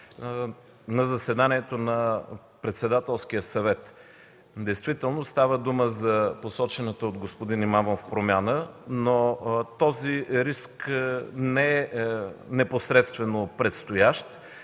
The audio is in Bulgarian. на заседанието на Председателския съвет. Действително, става дума за посочената от господин Имамов промяна, но този риск не е непосредствено предстоящ